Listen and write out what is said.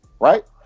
right